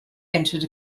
entered